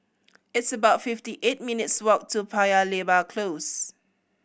it's about fifty eight minutes' walk to Paya Lebar Close